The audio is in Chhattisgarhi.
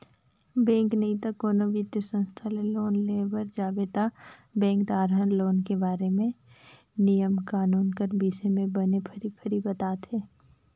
बेंक नइते कोनो बित्तीय संस्था में लोन लेय बर जाबे ता बेंकदार हर लोन के बारे म नियम कानून कर बिसे में बने फरी फरी बताथे